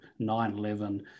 9-11